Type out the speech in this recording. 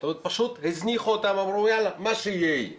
פשוט הזניחו אותם ואמרו, יאללה, מה שיהיה, יהיה.